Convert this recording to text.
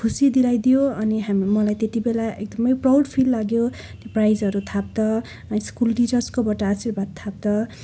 खुसी दिलाइदियो अनि हामी मलाई त्यति बेला एकदमै प्राउड फिल लाग्यो त्यो प्राइजहरू थाप्दा अनि स्कुल टिचर्सकोबाट आशीर्वाद थाप्दा